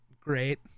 great